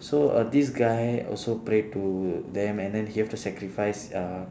so uh this guy also pray to them and then he have to sacrifice uh